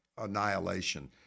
annihilation